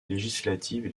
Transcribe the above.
législatives